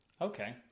Okay